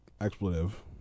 expletive